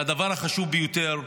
והדבר החשוב ביותר,